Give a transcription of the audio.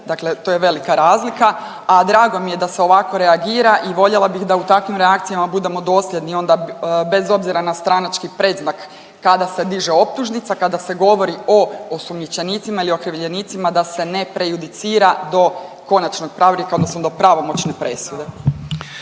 Dakle, to je velika razlika, a drago mi je da se ovako reagira i voljela bih da u takvim reakcijama budemo dosljedni onda bez obzira na stranački predznak kada se diže optužnica, kada se govori o osumnjičenicima ili okrivljenicima da se ne prejudicira do konačnog pravilnika, odnosno do pravomoćne presude.